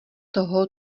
toho